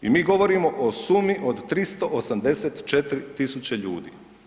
I mi govorimo o sumi od 384 000 ljudi.